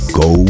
go